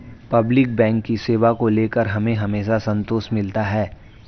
public bank की सेवा को लेकर हमें हमेशा संतोष मिलता है